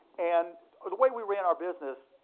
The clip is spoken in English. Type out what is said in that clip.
and the way we ran our business,